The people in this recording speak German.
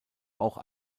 auch